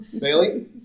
Bailey